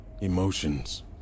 emotions